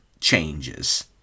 changes